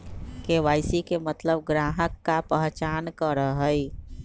KYC के मतलब ग्राहक का पहचान करहई?